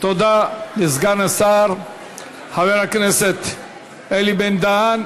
תודה לסגן השר חבר הכנסת אלי בן-דהן.